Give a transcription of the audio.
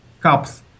Cups